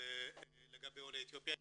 לגבי עולי אתיופיה.